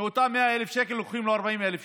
ומאותם 100,000 שקלים לוקחים לו 40,000 שקלים,